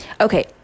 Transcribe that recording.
Okay